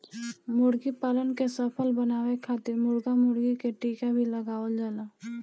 मुर्गीपालन के सफल बनावे खातिर मुर्गा मुर्गी के टीका भी लगावल जाला